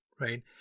right